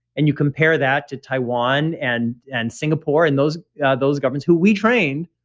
and you compare that to taiwan and and singapore and those those governments who we trained,